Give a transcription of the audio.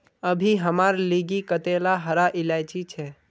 अभी हमार लिगी कतेला हरा इलायची छे